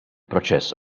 proċess